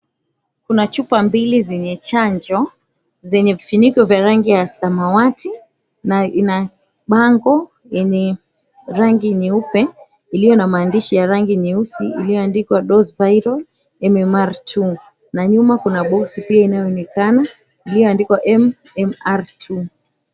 Kuna chupa mbili zenye chanjo, zenye vifuniko vya rangi ya samawati na ina bango yenye rangi nyeupe iliyo na maandishi ya rangi nyeusi iliyoandikwa, Dose Viral MMR 2, na nyuma kuna boksi pia inayoonekana iliyoandikwa, MMR 2.